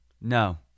No